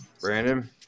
brandon